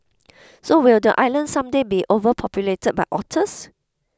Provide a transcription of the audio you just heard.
so will the island someday be overpopulated by otters